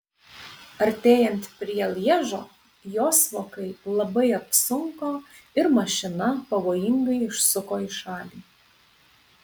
artėjant prie lježo jos vokai labai apsunko ir mašina pavojingai išsuko į šalį